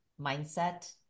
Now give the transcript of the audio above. mindset